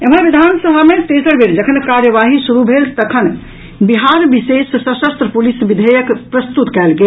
एम्हर विधान सभा में तेसर बेर जखन कार्यवाही शुरू भेल तखन बिहर विशेष सशस्त्र पलिस विधेयक प्रस्तुत कयल गेल